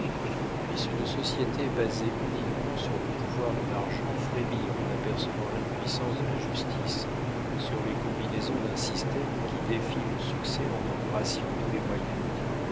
puisse une société basée uniquement sur le pouvoir de l'argent frémir en apercevant l'impuissance de la justice sur les combinaisons d'un système qui déifie le succès en en graciant tous les moyens